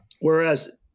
Whereas